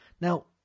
Now